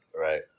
Right